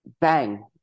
Bang